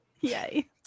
Yay